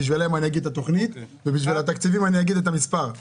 בשבילם אני אגיד את התוכנית ובשביל התקציבים אני אגיד את הסכום.